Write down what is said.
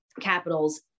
capitals